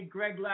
Greg